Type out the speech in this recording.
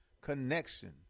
connection